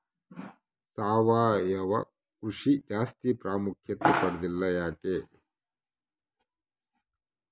ಸಾವಯವ ಕೃಷಿ ಜಾಸ್ತಿ ಪ್ರಾಮುಖ್ಯತೆ ಪಡೆದಿಲ್ಲ ಯಾಕೆ?